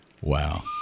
Wow